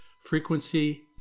frequency